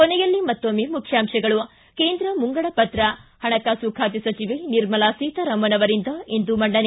ಕೊನೆಯಲ್ಲಿ ಮತ್ತೊಮ್ನೆ ಮುಖ್ಯಾಂಶಗಳು ಿ ಕೇಂದ್ರ ಮುಂಗಡಪತ್ರ ಹಣಕಾಸು ಖಾತೆ ಸಚಿವೆ ನಿರ್ಮಲಾ ಸೀತಾರಾಮನ್ ಅವರಿಂದ ಇಂದು ಮಂಡನೆ